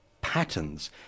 patterns